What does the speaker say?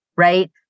Right